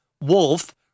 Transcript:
Wolf